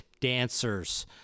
dancers